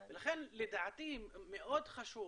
לדעתי, מאוד חשוב